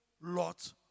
lot